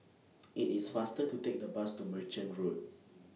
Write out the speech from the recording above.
IT IS faster to Take The Bus to Merchant Road